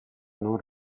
non